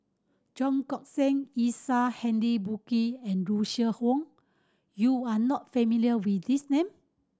Cheong Koon Seng Isaac Henry Burkill and Russel Wong you are not familiar with these name